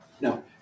No